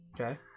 Okay